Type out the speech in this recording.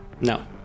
no